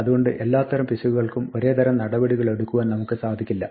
അതുകൊണ്ട് എല്ലാത്തരം പിശകുകൾക്കും ഒരേ തരം നടപടികളെടുക്കുവാൻ നമുക്ക് സാധിക്കില്ല